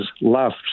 left